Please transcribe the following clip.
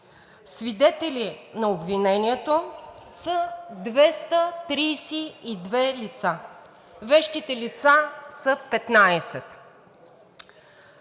Свидетели на обвинението са 232 лица, а вещите лица са 15.